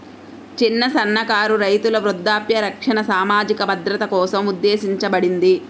చిన్న, సన్నకారు రైతుల వృద్ధాప్య రక్షణ సామాజిక భద్రత కోసం ఉద్దేశించబడింది